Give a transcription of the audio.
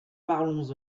parlons